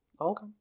Okay